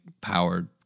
powered